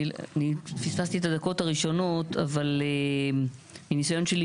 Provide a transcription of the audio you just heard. פספסתי את הדקות הראשונות אבל מניסיון שלי,